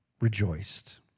rejoiced